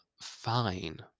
Fine